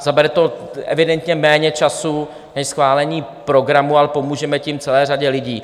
Zabere to evidentně méně času než schválení programu, ale pomůžeme tím celé řadě lidí.